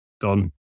Done